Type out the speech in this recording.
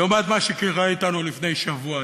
לעומת מה שקרה אתנו לפני שבוע.